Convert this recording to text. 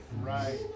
Right